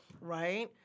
right